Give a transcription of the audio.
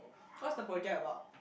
what's the project about